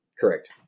Correct